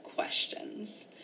questions